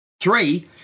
Three